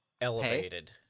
elevated